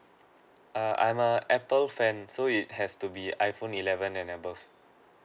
err I'm a Apple fan so it has to be iPhone eleven and above